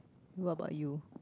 what about you